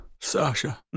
Sasha